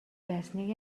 байсныг